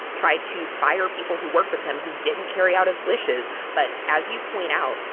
tried to fire people who worked with him who didn't carry out his wishes but as you point out,